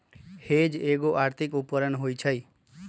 hedge एगो आर्थिक उपकरण होइ छइ